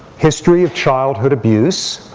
history of childhood abuse,